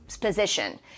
position